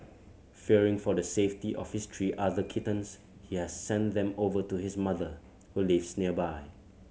fearing for the safety of his three other kittens he has sent them over to his mother who lives nearby